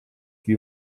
wie